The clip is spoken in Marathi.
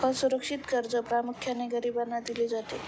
असुरक्षित कर्जे प्रामुख्याने गरिबांना दिली जातात